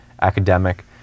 academic